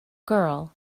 girl